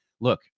look